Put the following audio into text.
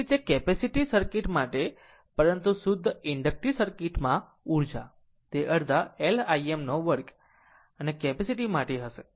એ જ રીતે capacitive circuit માટે પરંતુ શુદ્ધ ઇન્ડકટીવ સર્કિટમાં ઉર્જા તે અડધા L Im 2 અને કેપેસિટીવ માટે હશે